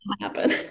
happen